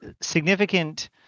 significant